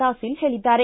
ದಾಸಿಲ ಹೇಳಿದ್ದಾರೆ